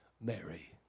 Mary